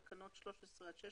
תקנות 13 עד 16